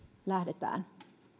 lähdetään